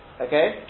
Okay